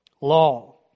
law